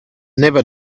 never